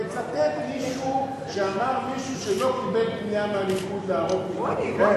תצטט מישהו שאמר משהו שלא קיבל פנייה מהליכוד לערוק מקדימה.